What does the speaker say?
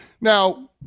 Now